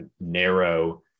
narrow